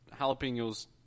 jalapenos